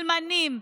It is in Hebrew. אלמנים,